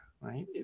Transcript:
right